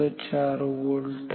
4 volt आहे